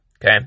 okay